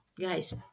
guys